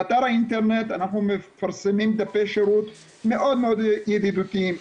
באתר האינטרנט אנחנו מפרסמים דפי שירות מאוד ידידותיים,